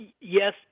yes